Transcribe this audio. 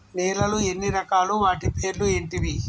నేలలు ఎన్ని రకాలు? వాటి పేర్లు ఏంటివి?